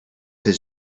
his